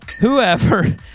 whoever